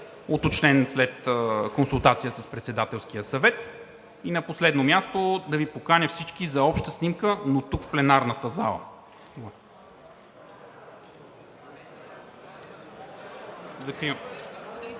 уточнен след консултация с Председателския съвет. И на последно място, да Ви поканя всички за обща снимка, но тук в пленарната зала. (Звъни.)